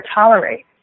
tolerate